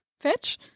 fetch